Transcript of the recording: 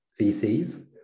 vcs